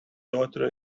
daughter